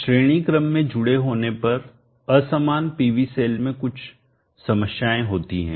श्रेणी क्रम में में जुड़े होने पर असमान PV सेल में कुछ समस्याएं होती हैं